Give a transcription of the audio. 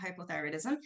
hypothyroidism